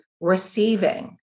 receiving